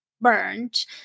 burned